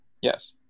yes